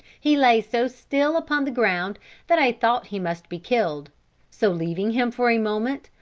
he lay so still upon the ground that i thought he must be killed so, leaving him for a moment,